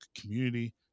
community